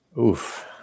Oof